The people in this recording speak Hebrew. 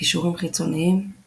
קישורים חיצוניים